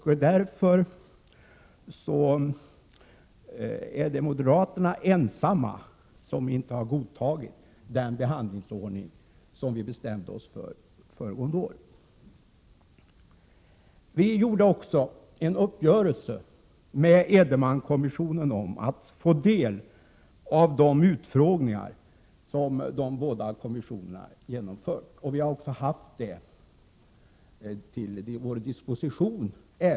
Moderaterna är alltså ensamma om att inte ha godtagit den behandlingsordning som vi bestämde oss för föregående år. Vi träffade också en uppgörelse med Edenmankommissionen om att få del av de utfrågningar som de båda kommissionerna genomförde, och vi har också haft det materialet till vår disposition.